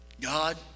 God